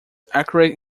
accurate